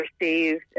received